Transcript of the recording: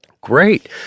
Great